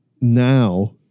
now